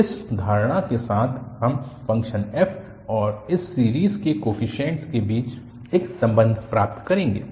तो इस धारणा के साथ हम फ़ंक्शन f और इस सीरीज़ के कोफीशिएंट्स के बीच एक संबंध प्राप्त करेंगे